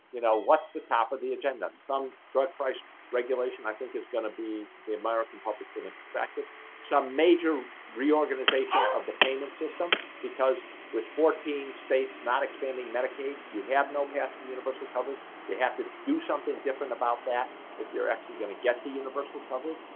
you know what's the top of the agenda some drug price regulation i think is going to be the american public to them expected some major reorganization of the payment system because with fourteen states not expanding medicaid you have no path to universal coverage. you have to do something different about that if you're actually going to get the universal coverage,